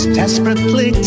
desperately